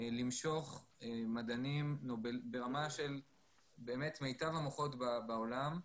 למשוך מדענים ברמה של באמת מיטב המוחות בעולם,